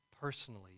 personally